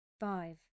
five